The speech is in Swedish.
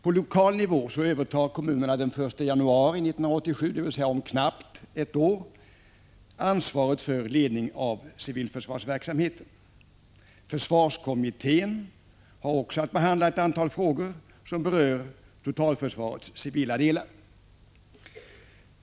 På lokal nivå övertar kommunerna den 1 januari 1987, dvs. om knappt ett år, ansvaret för ledningen av civilförsvarsverksamheten. Försvarskommittén har också att behandla ett antal frågor som berör totalförsvarets civila delar.